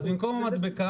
זה אותו דבר,